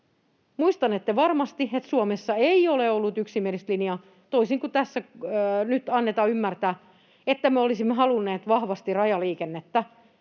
varmasti, että Suomessa ei ole ollut yksimielistä linjaa, toisin kuin tässä nyt annetaan ymmärtää, että me olisimme halunneet vahvasti rajaliikennettä